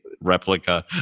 replica